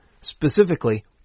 Specifically